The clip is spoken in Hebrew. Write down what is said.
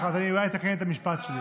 אז אני אולי אתקן את המשפט שלי.